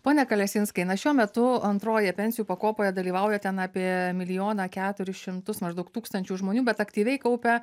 pone kalesinskiene šiuo metu antroje pensijų pakopoje dalyvauja ten apie milijoną keturis šimtus maždaug tūkstančių žmonių bet aktyviai kaupia